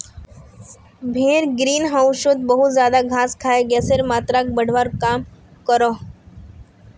भेड़ ग्रीन होउसोत बहुत ज्यादा घास खाए गसेर मात्राक बढ़वार काम क्रोह